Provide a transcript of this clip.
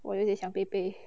我有点想背背